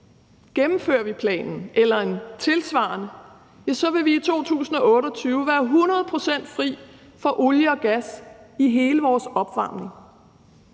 Gennemfører vi planen eller en tilsvarende plan, vil vi i 2028 være 100 pct. fri for olie og gas i hele vores opvarmning.